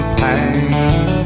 pain